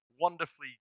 wonderfully